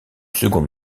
seconde